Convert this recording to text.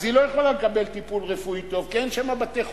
אז היא לא יכולה לקבל טיפול רפואי טוב כי אין שם בתי-חולים,